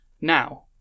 Now